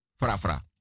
frafra